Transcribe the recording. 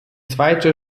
zweite